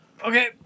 Okay